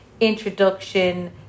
introduction